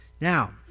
Now